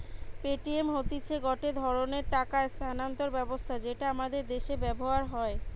Paytm হতিছে গটে ধরণের টাকা স্থানান্তর ব্যবস্থা যেটা আমাদের দ্যাশে ব্যবহার হয়